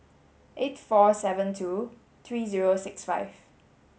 eight four seven two three zero six five